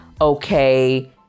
okay